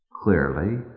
Clearly